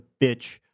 bitch